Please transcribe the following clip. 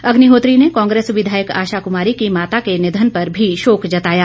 अग्निहोत्री ने कांग्रेस विधायक आशा कमारी की माता के निधन पर भी शोक जताया